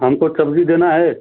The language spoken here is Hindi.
हमको सब्ज़ी देना है